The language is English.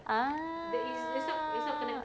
ah